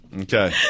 Okay